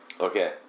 okay